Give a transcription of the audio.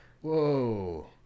Whoa